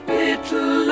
little